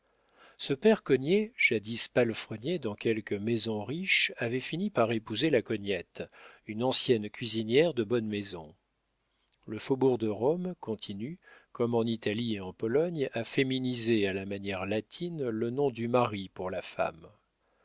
ce père cognet jadis palefrenier dans quelque maison riche avait fini par épouser la cognette une ancienne cuisinière de bonne maison le faubourg de rome continue comme en italie et en pologne à féminiser à la manière latine le nom du mari pour la femme